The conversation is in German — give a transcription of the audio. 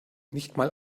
nichtmal